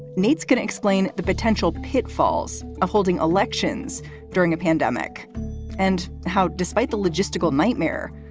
nate's going to explain the potential pitfalls of holding elections during a pandemic and how, despite the logistical nightmare,